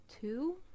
two